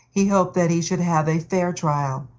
he hoped that he should have a fair trial,